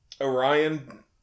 Orion